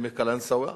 מקלנסואה.